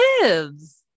lives